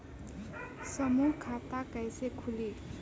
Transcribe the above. समूह खाता कैसे खुली?